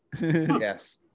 yes